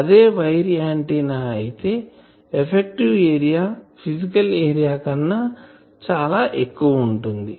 అదే wire antenna అయితే effective area physical area కన్నా చాలా ఎక్కువ ఉంటుంది